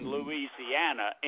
Louisiana